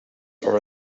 are